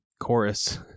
Chorus